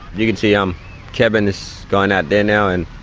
you can see um kevin's going out there now and